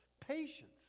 Patience